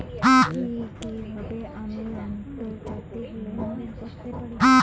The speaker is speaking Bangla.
কি কিভাবে আমি আন্তর্জাতিক লেনদেন করতে পারি?